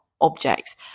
objects